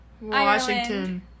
Washington